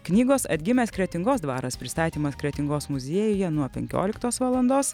knygos atgimęs kretingos dvaras pristatymas kretingos muziejuje nuo penkioliktos valandos